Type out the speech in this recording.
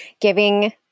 giving